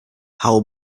hau